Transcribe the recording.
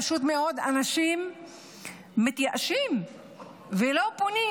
פשוט מאוד אנשים מתייאשים ולא פונים,